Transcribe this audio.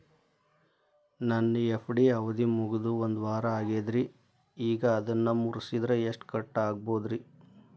ನನ್ನ ಎಫ್.ಡಿ ಅವಧಿ ಮುಗಿದು ಒಂದವಾರ ಆಗೇದ್ರಿ ಈಗ ಅದನ್ನ ಮುರಿಸಿದ್ರ ಎಷ್ಟ ಕಟ್ ಆಗ್ಬೋದ್ರಿ?